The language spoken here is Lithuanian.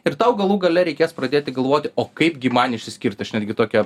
ir tau galų gale reikės pradėti galvoti o kaipgi man išsiskirti aš netgi tokią